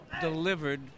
delivered